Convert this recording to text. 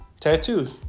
tattoos